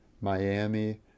miami